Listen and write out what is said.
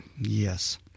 Yes